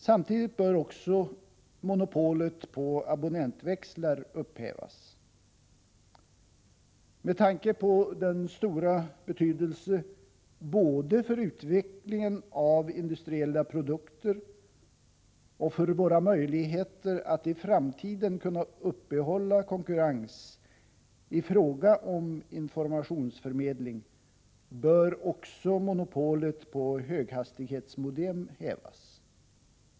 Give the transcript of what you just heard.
Samtidigt bör också monopolet på abonnentväxlar upphävas. Med tanke på den stora betydelse både för utvecklingen av industriella produkter och för våra möjligheter att i framtiden upprätthålla konkurrens i fråga om informationsförmedling bör också monopolet på höghastighetsmodem hävas.